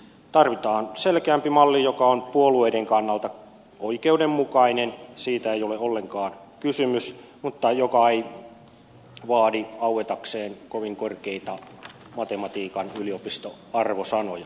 tarvitaan selkeämpi malli joka on puolueiden kannalta oikeudenmukainen siitä ei ole ollenkaan kysymys mutta joka ei vaadi auetakseen kovin korkeita matematiikan yliopistoarvosanoja